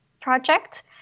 project